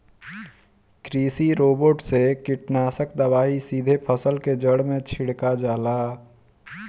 कृषि रोबोट से कीटनाशक दवाई सीधे फसल के जड़ में छिड़का जाला